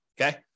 okay